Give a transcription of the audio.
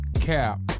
cap